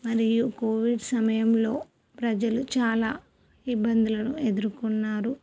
మరియు కోవిడ్ సమయంలో ప్రజలు చాలా ఇబ్బందులను ఎదుర్కొన్నారు